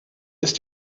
ist